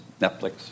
Netflix